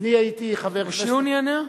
שהוא נענע?